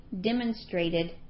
demonstrated